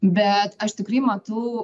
bet aš tikrai matau